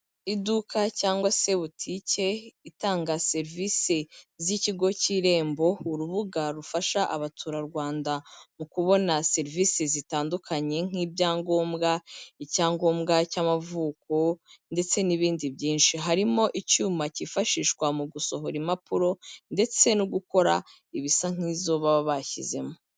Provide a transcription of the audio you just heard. Iduka cyangwa se butike itanga serivisi z'Ikigo cy'Irembo, urubuga rufasha Abaturarwanda mu kubona serivisi zitandukanye nk'ibyangombwa, icyangombwa cy'amavuko ndetse n'ibindi byinshi. Harimo icyuma cyifashishwa mu gusohora impapuro ndetse no gukora ibisa nk'izo baba bashyizemo.